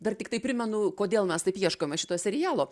dar tiktai primenu kodėl mes taip ieškome šito serialo